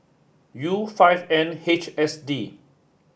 U five N H S D